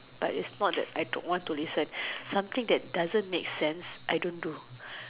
but is not that I don't want to listen something that doesn't make sense I don't do